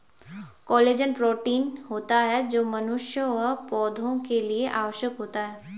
collagen protein होता है जो मनुष्य व पौधा के लिए आवश्यक होता है